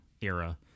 era